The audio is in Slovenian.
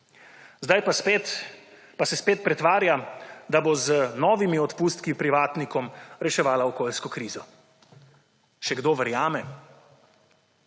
Zdaj pa se spet pretvarja, da bo z novimi odpustki privatnikom reševala okoljsko krizo. Še kdo verjame?